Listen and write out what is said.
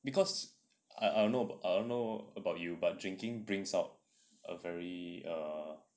because I don't know about you but drinking brings out a very err